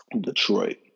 detroit